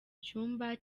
cyumba